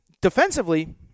defensively